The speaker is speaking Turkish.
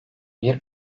bir